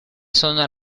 sono